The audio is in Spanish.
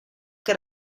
que